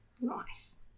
Nice